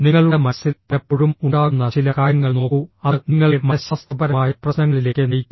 നിങ്ങളുടെ മനസ്സിൽ പലപ്പോഴും ഉണ്ടാകുന്ന ചില കാര്യങ്ങൾ നോക്കൂ അത് നിങ്ങളെ മനഃശാസ്ത്രപരമായ പ്രശ്നങ്ങളിലേക്ക് നയിക്കുന്നു